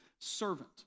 servant